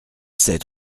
sept